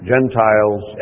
Gentiles